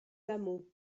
hameau